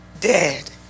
Dead